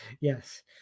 Yes